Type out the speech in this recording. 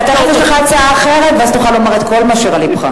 תיכף יש לך הצעה אחרת ואז תוכל לומר את כל אשר על לבך.